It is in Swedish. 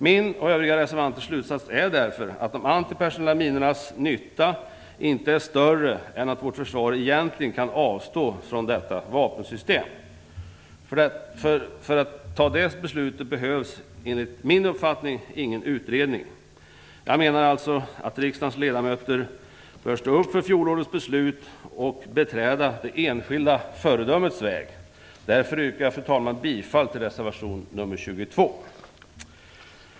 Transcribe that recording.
Min och övriga reservanters slutsats är därför att de antipersonella minornas nytta inte är större än att vårt försvar egentligen kan avstå från detta vapensystem. För att fatta ett sådant beslut behövs enligt min uppfattning ingen utredning. Jag menar alltså att riksdagens ledamöter bör stå upp för fjolårets beslut och beträda det enskilda föredömets väg. Jag yrkar därför bifall till reservation 22.